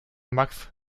max